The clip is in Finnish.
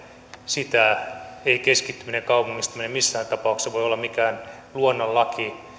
sitä ei keskittyminen kaupungistuminen missään tapauksessa voi olla mikään luonnonlaki